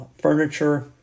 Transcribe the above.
furniture